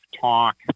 talk